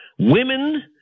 Women